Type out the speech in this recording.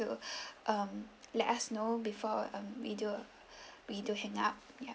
to um let us know before we do we do hang up yup